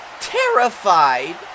terrified